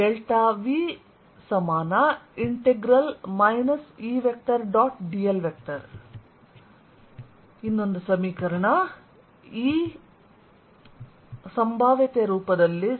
V E